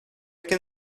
can